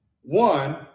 One